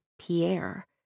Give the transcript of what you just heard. Pierre